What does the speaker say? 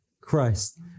Christ